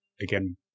Again